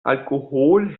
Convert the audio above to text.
alkohol